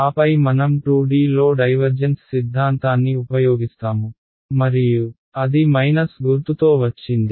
ఆపై మనం 2D లో డైవర్జెన్స్ సిద్ధాంతాన్ని ఉపయోగిస్తాము మరియు అది మైనస్ గుర్తుతో వచ్చింది